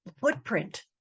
footprint